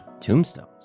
tombstones